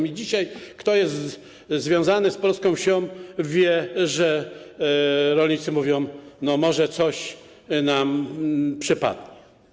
I dzisiaj ten, kto jest związany z polską wsią, wie, że rolnicy mówią: no może coś nam przypadnie.